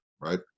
right